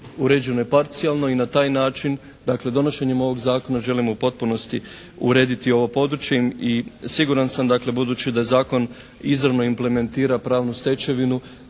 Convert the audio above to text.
uređeno je parcijalno i na taj način, dakle donošenjem ovog Zakona želimo u potpunosti urediti ovo područje i siguran sam, dakle budući da zakon izravno implementira pravnu stečevinu